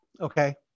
okay